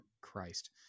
Christ